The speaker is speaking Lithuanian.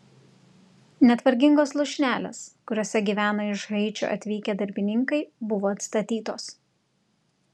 net vargingos lūšnelės kuriose gyveno iš haičio atvykę darbininkai buvo atstatytos